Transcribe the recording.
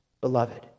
beloved